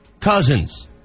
Cousins